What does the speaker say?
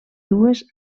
dues